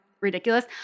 ridiculous